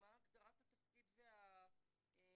ומה הגדרת התפקיד והסמכויות,